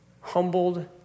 humbled